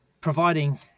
providing